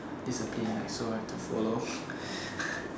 is a game like so have to follow